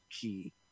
key